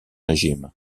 régime